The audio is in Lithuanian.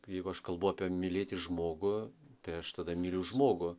jeigu aš kalbu apie mylėti žmogų tai aš tada myliu žmogų